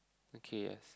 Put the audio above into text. okay